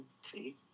See